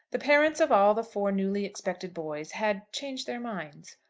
the parents of all the four newly-expected boys had changed their minds.